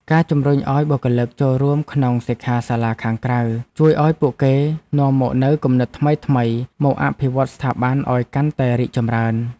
ការជំរុញឱ្យបុគ្គលិកចូលរួមក្នុងសិក្ខាសាលាខាងក្រៅ ជួយឱ្យពួកគេនាំមកនូវគំនិតថ្មីៗមកអភិវឌ្ឍស្ថាប័នឱ្យកាន់តែរីកចម្រើន។